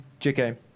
jk